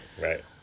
right